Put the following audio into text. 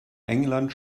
england